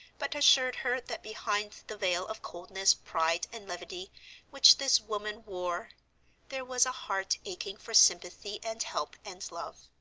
but assured her that behind the veil of coldness, pride, and levity which this woman wore there was a heart aching for sympathy and help and love.